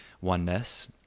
oneness